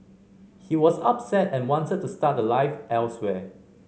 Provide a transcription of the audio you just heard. he was upset and wanted to start a life elsewhere